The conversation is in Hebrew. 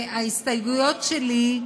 לא מאמין, שההסתייגויות שלי,